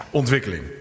ontwikkeling